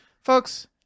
Folks